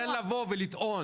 מה זה קשור?